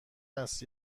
است